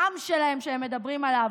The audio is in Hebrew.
העם שלהם שהם מדברים עליו.